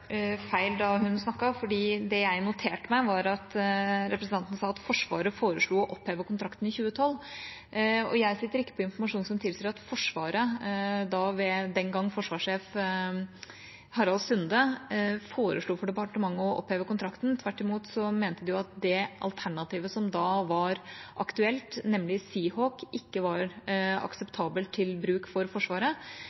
det jeg noterte meg, var at representanten sa at Forsvaret foreslo å oppheve kontrakten i 2012. Jeg sitter ikke på informasjon som tilsier at Forsvaret, da ved den gang forsvarssjef Harald Sunde, foreslo for departementet å oppheve kontrakten. Tvert imot mente de jo at det alternativet som da var aktuelt, nemlig Seahawk, ikke var